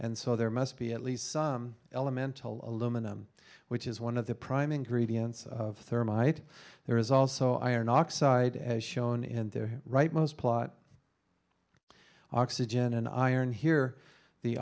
and so there must be at least some elemental aluminum which is one of the prime ingredients of thermite there is also iron oxide as shown in there right most plot oxygen and iron here the